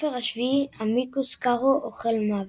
בספר השביעי אמיקוס קארו – אוכל מוות.